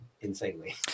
insanely